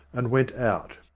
and went out.